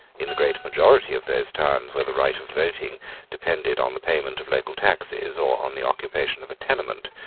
in the great majority of those towns where the right of voting depended on the payment of local taxes, or on the occupation of a tenement,